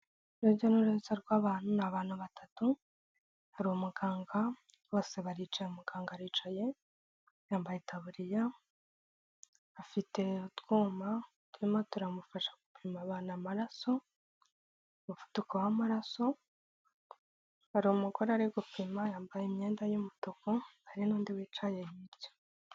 Urujya n'uruza rw'abantu, ni abantu batatu, hari umuganga bose baricaye, umuganga aricaye, yambaye itaburiya afite utwuma turimo turamufasha gupima abantu amaraso, umuvuduko w'amaraso, hari umugore ari gupima yambaye imyenda y'umutuku, hari n'undi wicaye hirya.